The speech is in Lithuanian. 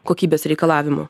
kokybės reikalavimų